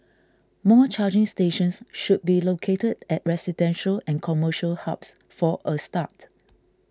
more charging stations should be located at residential and commercial hubs for a start